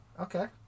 Okay